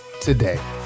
today